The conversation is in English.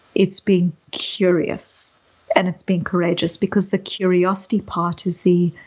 it's being curious and it's being courageous because the curiosity part is the,